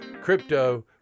Crypto